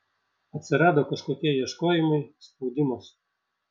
atsirado kažkokie ieškojimai spaudimas